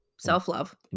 Self-love